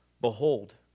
Behold